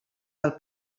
del